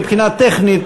מבחינה טכנית,